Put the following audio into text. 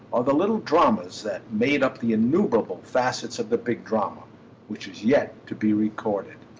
are the little dramas that made up the innumerable facets of the big drama which is yet to be reported.